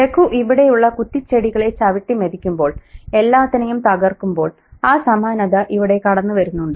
രഘു ഇവിടെയുള്ള കുറ്റിച്ചെടികളെ ചവിട്ടിമെതിക്കുമ്പോൾ എല്ലാത്തിനെയും തകർക്കുമ്പോൾ ആ സമാനത ഇവിടെ കടന്നുവരുന്നുണ്ട്